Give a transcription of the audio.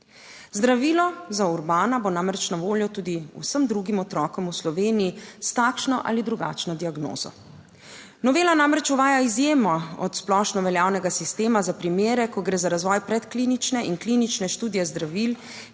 Zdravilo za Urbana bo namreč na voljo tudi vsem drugim otrokom v Sloveniji s takšno ali drugačno diagnozo. Novela namreč uvaja izjemo od splošno veljavnega sistema za primere, ko gre za razvoj predklinične in klinične študije zdravil,